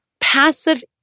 passive